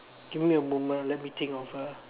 give me a moment let me think of a